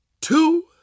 two